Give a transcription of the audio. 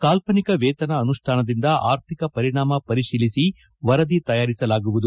ಕಾಲ್ತನಿಕ ವೇತನ ಅನುಷ್ಯಾನದಿಂದ ಅರ್ಥಿಕ ಪರಿಣಾಮ ಪರಿಶೀಲಿಸಿ ವರದಿ ತಯಾರಿಸಲಾಗುವುದು